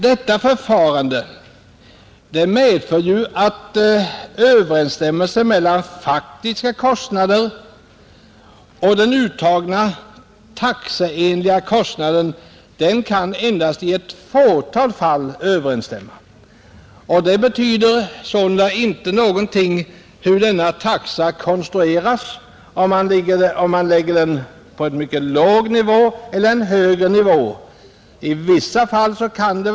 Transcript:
Detta förfarande medför att överensstämmelse mellan faktiska kostnader och den uttagna taxeenliga kostnaden endast i ett fåtal fall kan föreligga. Hur denna taxa konstrueras — eller om man lägger den på en mycket låg nivå eller på en högre nivå — betyder inte någonting.